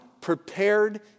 prepared